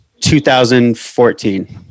2014